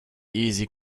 easy